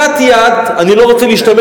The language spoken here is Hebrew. אני לא רוצה להשתמש